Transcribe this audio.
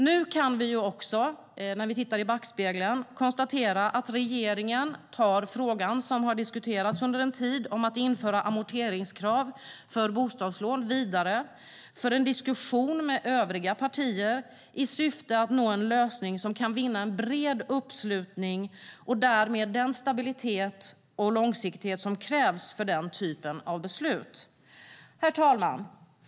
När vi tittar i backspegeln kan vi nu också konstatera att regeringen tar frågan som under en tid har diskuterats om att införa ett amorteringskrav för bostadslån vidare för en diskussion med övriga partier i syfte att nå en lösning som kan vinna en bred uppslutning och därmed den stabilitet och långsiktighet som krävs för den typen av beslut. Herr talman!